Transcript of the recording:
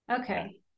Okay